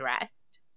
rest